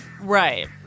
Right